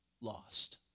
lost